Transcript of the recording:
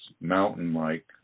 mountain-like